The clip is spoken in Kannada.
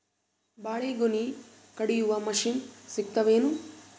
ಬಾಳಿಗೊನಿ ಕಡಿಯು ಮಷಿನ್ ಸಿಗತವೇನು?